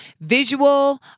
visual